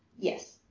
Yes